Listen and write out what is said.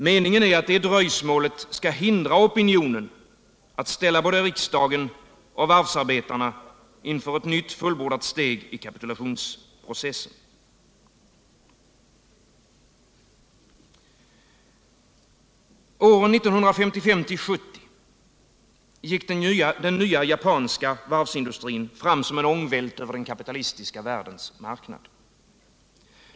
Meningen är att det dröjsmålet skall hindra opinionen och ställa både riksdagen och varvsarbetarna inför ett nytt fullbordat steg i kapitulationsprocessen. Åren 1955-1970 gick den nya japanska varvsindustrin fram som en ångvält över den kapitalistiska världens marknad.